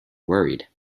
worried